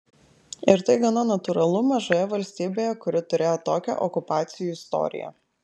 ir tai gana natūralu mažoje valstybėje kuri turėjo tokią okupacijų istoriją